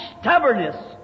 stubbornness